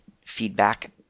feedback